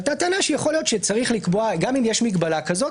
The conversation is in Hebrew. עלתה טענה שיכול להיות שצריך לקבוע שגם אם יש מגבלה כזאת